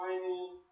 final